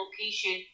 location